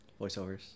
voiceovers